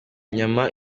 inyama